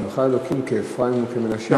ב"ישימך אלוקים כאפרים וכמנשה",